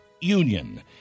Union